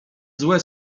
złe